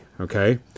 okay